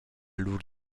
lur